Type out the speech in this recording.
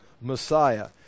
Messiah